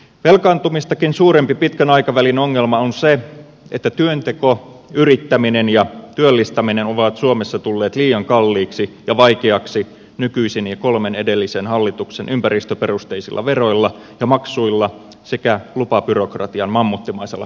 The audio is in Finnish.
velkaantumistakin suurempi pitkän aikavälin ongelma on se että työnteko yrittäminen ja työllistäminen ovat suomessa tulleet liian kalliiksi ja vaikeiksi nykyisen ja kolmen edellisen hallituksen ympäristöperusteisilla veroilla ja maksuilla sekä lupabyrokratian mammuttimaisella kasvattamisella